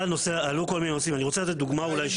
השאלה אם אפשר למצוא פתרון אחר,